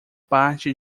parte